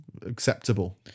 acceptable